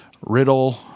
Riddle